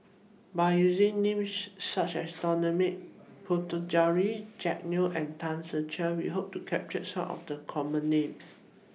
By using Names such as Dominic Puthucheary Jack Neo and Tan Ser Cher We Hope to capture Some of The Common Names